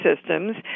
systems